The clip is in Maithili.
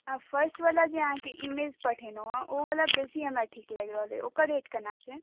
हँ फर्स्टवला जे अहाँके इमेज पठेलहुँ हेँ ओवला बेसी हमरा ठीक लागि रहल अइ ओकर रेट केना छै